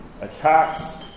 attacks